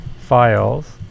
files